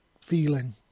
feeling